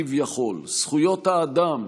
כביכול: זכויות האדם,